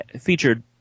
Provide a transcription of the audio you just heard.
featured